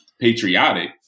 patriotic